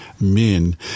men